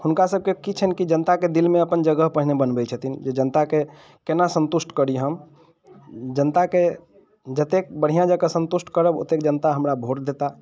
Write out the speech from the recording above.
हुनका सबकेँ की छनि कि जनताके दिलमे अपन जगह पहिने बनबैत छथिन जे जनताके केना संतुष्ट करी हम जनताके जतेक बढ़िआँ जकाँ संतुष्ट करब ओतेक जनता हमरा भोट देता